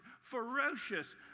ferocious